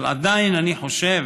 אבל עדיין אני חושב